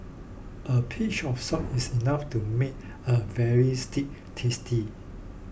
a pinch of salt is enough to make a very stew tasty